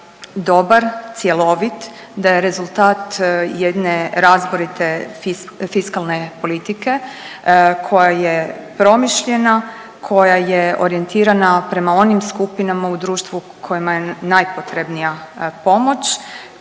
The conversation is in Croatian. dobar, cjelovit, da je rezultat jedne razborite fiskalne politike koja je promišljena, koja je orijentirana prema onim skupinama u društvu kojima je najpotrebnija pomoć,